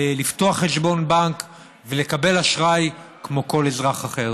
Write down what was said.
לפתוח חשבון בנק ולקבל אשראי כמו כל אזרח אחר.